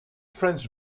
french